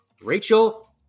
Rachel